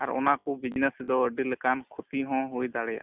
ᱟᱨ ᱚᱱᱟ ᱠᱚ ᱵᱤᱡᱽᱱᱮᱥ ᱫᱚ ᱟᱹᱰᱤ ᱞᱮᱠᱟᱱ ᱠᱷᱚᱛᱤ ᱦᱚᱸ ᱦᱩᱭ ᱫᱟᱲᱮᱭᱟᱜᱼᱟ